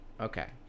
okay